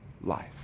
life